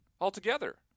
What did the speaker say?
altogether